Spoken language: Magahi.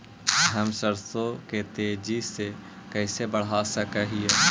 हम सरसों के तेजी से कैसे बढ़ा सक हिय?